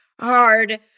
hard